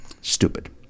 Stupid